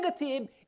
negative